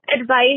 advice